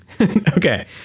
Okay